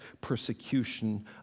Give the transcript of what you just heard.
persecution